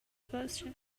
بازشه